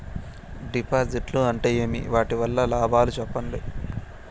డిపాజిట్లు అంటే ఏమి? వాటి వల్ల లాభాలు సెప్పండి?